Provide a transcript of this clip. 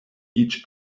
each